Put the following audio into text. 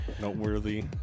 noteworthy